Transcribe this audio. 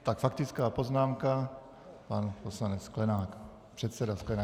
Tak faktická poznámka pan poslanec Sklenák, předseda Sklenák.